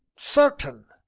certain.